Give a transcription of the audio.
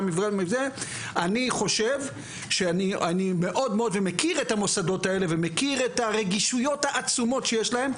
אני מכיר את המוסדות האלה ומכיר את הרגישויות העצומות שיש להם,